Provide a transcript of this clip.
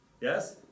Yes